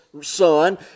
son